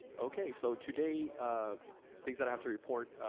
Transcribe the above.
okay, so today, ah things that i have to report.